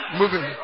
moving